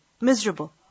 miserable